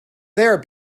there